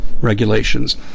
regulations